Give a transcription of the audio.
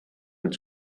its